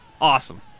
Awesome